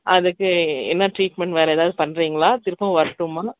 அதுக்கு என்ன ட்ரீட்மெண்ட் வேறு எதாவது பண்ணுறீங்களா திரும்பவும் வரட்டுமா